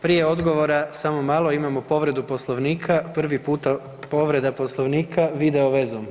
Prije odgovora samo malo imamo povredu Poslovnika, pri puta povreda Poslovnika video vezom.